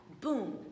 boom